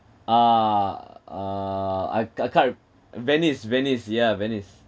uh uh I I can't venice venice ya venice